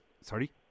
Sorry